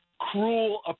cruel